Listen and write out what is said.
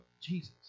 Jesus